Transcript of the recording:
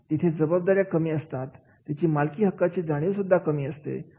जिथे जबाबदाऱ्या कमी असतात तिची मालकी हक्काची जाणीव सुद्धा कमी असते